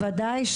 בוודאי.